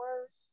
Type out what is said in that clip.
worse